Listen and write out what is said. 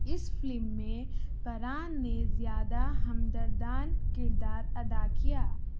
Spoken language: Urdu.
اس فلم میں پران نے زیادہ ہمدردان کردار ادا کیا